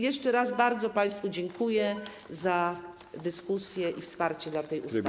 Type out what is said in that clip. Jeszcze raz bardzo państwu dziękuję za dyskusję i wsparcie tej ustawy.